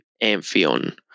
Amphion